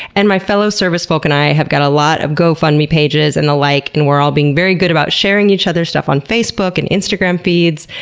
and my fellow service folk and i have got a lot of gofundme pages and the like, and we're all being very good about sharing each other's stuff on facebook and instagram feeds.